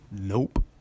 Nope